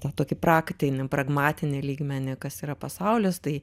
tą tokį praktinį pragmatinį lygmenį kas yra pasaulis tai